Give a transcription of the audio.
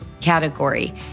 category